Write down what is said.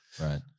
Right